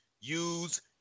use